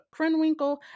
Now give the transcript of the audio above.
Krenwinkel